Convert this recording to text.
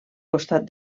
costat